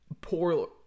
poor